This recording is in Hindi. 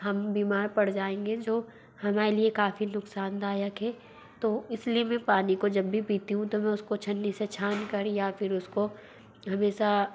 हम बीमार पड़ जाएँगे जो हमारे लिए काफ़ी नुक़सानदायक है तो इस लिए मैं पानी को जब भी पीती हूँ तो मैं उसको छन्नी से छानकर या फिर उसको हमेशा